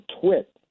twit